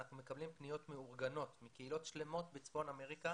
אנחנו מקבלים פניות מאורגנות מקהילות שלמות בצפון אמריקה